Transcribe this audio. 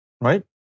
right